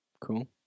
Cool